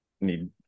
need